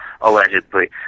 allegedly